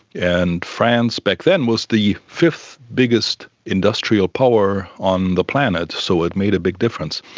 and france back then was the fifth biggest industrial power on the planet, so it made a big difference.